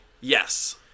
Yes